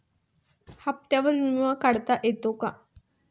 हप्त्यांवर विमा काढता येईल का?